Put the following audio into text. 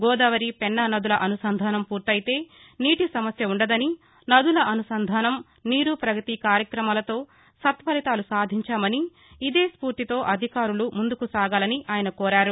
గోదావరి పెన్నా నదుల అనుసంధానం పూర్తయితే నీటి సమస్య ఉండదని నదుల అనుసంధానం నీరు పగతి కార్యక్రమాలతో సత్ఫలితాలు సాధించామని ఇదే స్పూర్తితో అధికారులు ముందుకు సాగాలని ఆయన కోరారు